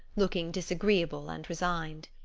looking disagreeable and resigned.